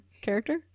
character